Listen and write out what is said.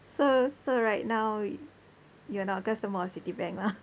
so so right now you're not a customer of Citibank lah